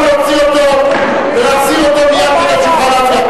להוציא אותו, ולהחזיר אותו מייד כדי שיוכל להצביע.